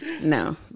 No